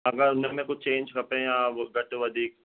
अगरि हुनमें कुझु चेंज खपे या कुझु घटि वधीक